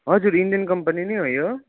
हजुर Indian company नै हो यो